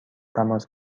تماس